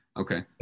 okay